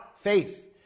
faith